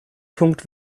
punkt